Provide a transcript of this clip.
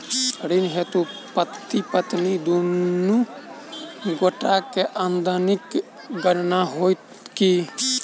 ऋण हेतु पति पत्नी दुनू गोटा केँ आमदनीक गणना होइत की?